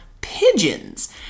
pigeons